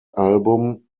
album